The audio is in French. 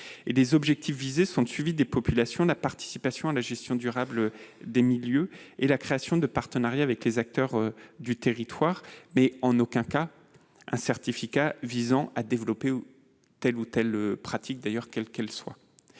Les objectifs sont le suivi des populations, la participation à la gestion durable des milieux, la création de partenariats avec les acteurs des territoires. Il ne s'agit en aucun cas d'un certificat visant à développer telle ou telle pratique cynégétique, quelle qu'elle soit.